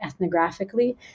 ethnographically